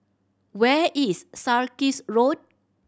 where is Sarkies Road